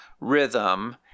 rhythm